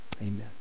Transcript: amen